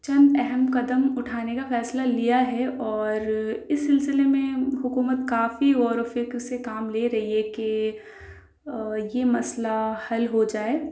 چند اہم قدم اُٹھانے کا فیصلہ لیا ہے اور اِس سلسلے میں حکومت کافی غور و فکر سے کام لے رہی ہے کہ یہ مسئلہ حل ہو جائے